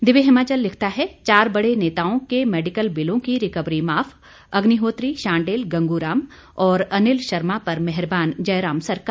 दिव्य हिमाचल लिखता है चार बड़े नेताओं के मेडिकल बिलों की रिकवरी माफ अग्निहोत्री शांडिल गंगूराम और अनिल शर्मा पर मेहनबान जयराम सरकार